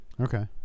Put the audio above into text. okay